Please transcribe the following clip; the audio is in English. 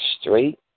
straight